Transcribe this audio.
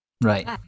right